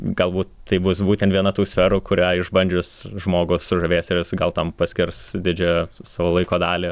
galbūt tai bus būtent viena tų sferų kurią išbandžius žmogų sužavės ir jis gal tam paskers didžiąją savo laiko dalį